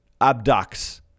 abducts